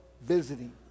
visiting